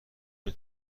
نمی